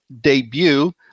debut